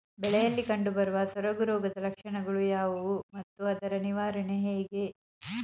ಬೆಳೆಯಲ್ಲಿ ಕಂಡುಬರುವ ಸೊರಗು ರೋಗದ ಲಕ್ಷಣಗಳು ಯಾವುವು ಮತ್ತು ಅದರ ನಿವಾರಣೆ ಹೇಗೆ?